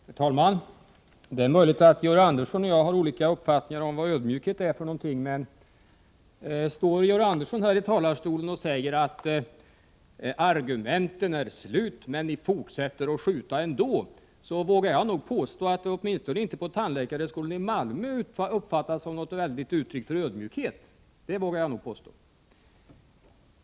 Herr talman! Det är möjligt att Georg Andersson och jag har olika uppfattningar om vad ödmjukhet är för någonting. Men står Georg Andersson här i talarstolen och säger att argumenten är slut, men ni fortsätter att skjuta ändå, så vågar jag nog påstå att det åtminstone inte på Tandläkarhögskolan i Malmö uppfattas som något uttryck för väldigt stor ödmjukhet.